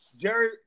Jerry